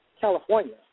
California